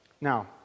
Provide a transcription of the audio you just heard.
Now